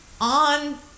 on